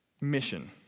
mission